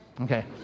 Okay